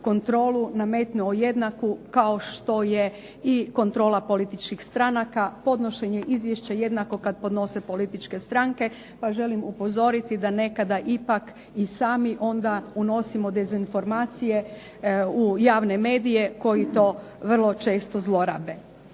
kontrolu nametnuo jednaku kao što je i kontrola političkih stranaka, podnošenje izvješća jednako kad podnose političke stranke, pa želim upozoriti da nekada ipak i sami onda unosimo dezinformacije u javne medije koji to vrlo često zlorabe.